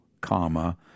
comma